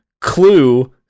Clue